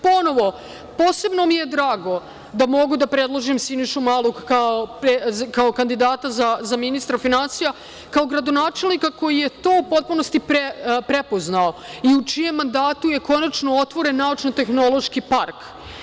Posebno mi je drago da mogu da predložim Sinišu Malog kao kandidata za ministra finansija, kao gradonačelnika koji je to u potpunosti prepoznao i u čijem mandatu je konačno otvoren Naučno-tehnološki park.